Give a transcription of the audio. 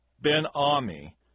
Ben-Ami